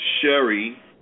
Sherry